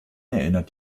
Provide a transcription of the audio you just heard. erinnert